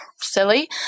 silly